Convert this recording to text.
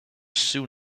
soon